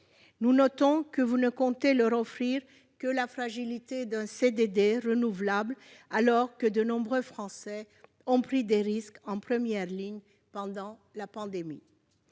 Nous notons que vous ne comptez leur offrir que la fragilité d'un contrat à durée déterminée (CDD) renouvelable, alors que de nombreux Français ont pris des risques en première ligne pendant la pandémie.